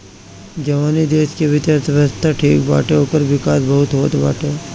जवनी देस के वित्तीय अर्थव्यवस्था ठीक बाटे ओकर विकास बहुते होत बाटे